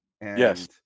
Yes